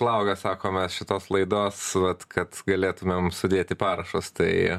laukia sakoma šitos laidos vat kad galėtumėm sudėti parašus tai